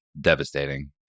devastating